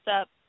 up